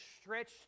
stretched